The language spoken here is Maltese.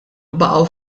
baqgħu